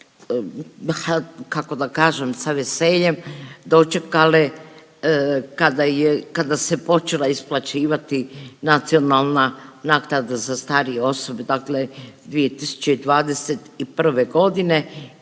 kako da kažem sa veseljem dočekale kada se počela isplaćivati nacionalna naknada za starije osobe, dakle 2021. godine.